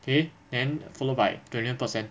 okay then follow by twenty one percent